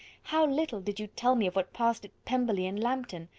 how little did you tell me of what passed at pemberley and lambton!